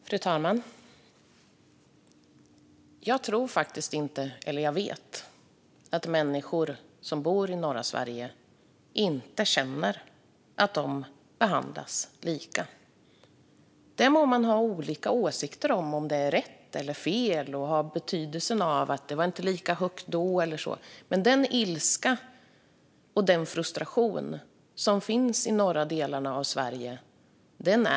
Fru talman! Jag tror faktiskt - eller, rättare sagt, jag vet - att människor som bor i norra Sverige inte känner att de behandlas lika. Man må ha olika åsikter om huruvida detta är rätt eller fel och om betydelsen av att priset inte var lika högt då, men den ilska och frustration som finns i de norra delarna av Sverige är enorm.